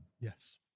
Yes